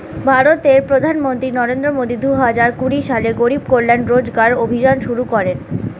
ভারতের প্রধানমন্ত্রী নরেন্দ্র মোদি দুহাজার কুড়ি সালে গরিব কল্যাণ রোজগার অভিযান শুরু করেন